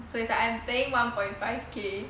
so it's like I'm paying one point five K